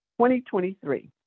2023